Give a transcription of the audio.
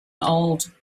old